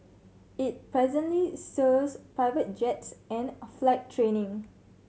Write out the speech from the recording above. it presently serves private jets and flight training